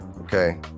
okay